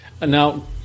Now